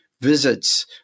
visits